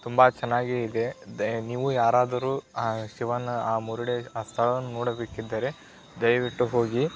ತುಂಬ ಚೆನ್ನಾಗಿ ಇದೆ ದೆ ನೀವು ಯಾರಾದರೂ ಆ ಶಿವನ ಆ ಮುರುಡೆ ಆ ಸ್ಥಳವನ್ನು ನೋಡಬೇಕಿದ್ದರೆ ದಯವಿಟ್ಟು ಹೋಗಿ